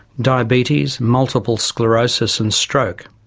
diabetes, multiple sclerosis and stroke,